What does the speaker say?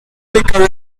liquor